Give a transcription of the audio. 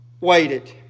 waited